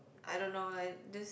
I don't know like this